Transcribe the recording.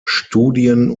studien